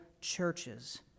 churches